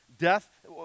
Death